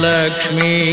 Lakshmi